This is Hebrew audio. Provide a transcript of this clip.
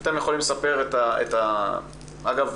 אגב,